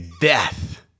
Death